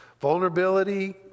Vulnerability